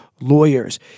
lawyers